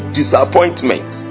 disappointment